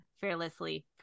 fearlessly